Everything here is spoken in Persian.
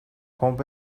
پمپ